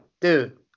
dude